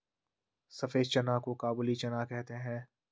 सफेद चना को काबुली चना कहते हैं